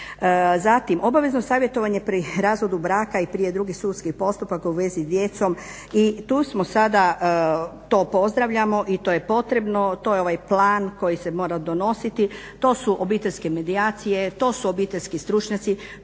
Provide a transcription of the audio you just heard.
Zatim, obavezno savjetovanje pri razvodu braka i prije drugih sudskih postupaka u vezi s djecom. I tu smo sada, to pozdravljamo i to je potrebno. To je ovaj plan koji se mora donositi, to su obiteljske medijacije, to su obiteljski stručnjaci,